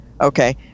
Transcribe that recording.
okay